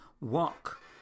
walk